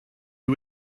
you